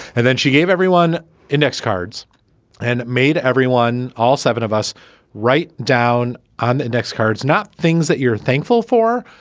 and then she gave everyone index cards and made everyone, all seven of us write down on index cards, not things that you're thankful for,